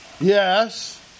Yes